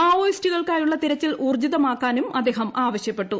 മാവോയിസ്റ്റുകൾക്കായുള്ള തിരച്ചിൽ ഉൌർജ്ജിതമാക്കാനും അദ്ദേഹം ആവശ്യപ്പെട്ടു